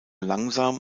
langsam